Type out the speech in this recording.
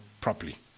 properly